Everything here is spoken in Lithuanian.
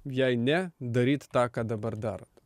jei ne daryt tą ką dabar darot